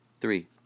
Three